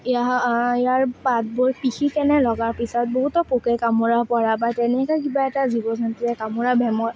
ইয়াৰ পাতবোৰ পিহি কেনে লগোৱাৰ পাছত বহুতো পোকে কামোৰাৰ পৰা বা তেনেকুৱা কিবা এটা জীৱ জন্তুৱে কামোৰা বেমাৰ